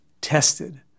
tested